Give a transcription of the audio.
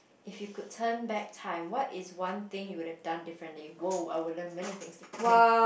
if you could turn back time what is one thing you would have done differently !woah! I would have done many things differently